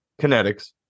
kinetics